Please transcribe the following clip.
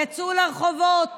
יצאו לרחובות